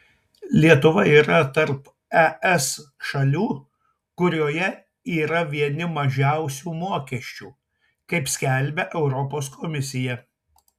lietuva yra tarp es šalių kurioje yra vieni mažiausių mokesčių kaip skelbia europos komisija